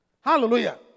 Hallelujah